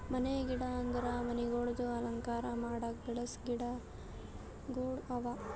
ಮನೆಯ ಗಿಡ ಅಂದುರ್ ಮನಿಗೊಳ್ದಾಗ್ ಅಲಂಕಾರ ಮಾಡುಕ್ ಬೆಳಸ ಗಿಡಗೊಳ್ ಅವಾ